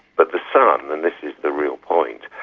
but the son, and this is the real point,